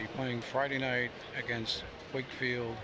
be playing friday night against wakefield